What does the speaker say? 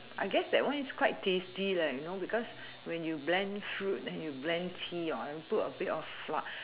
I guess that one is quite tasty leh you know because when you blend fruit then you blend tea and put a bit of flow~